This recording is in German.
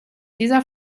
dieser